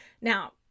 Now